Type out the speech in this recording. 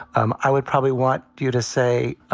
um i would probably want you to say.